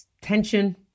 tension